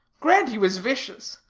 grant he was vicious.